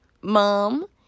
mom